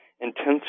intense